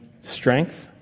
strength